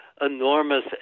enormous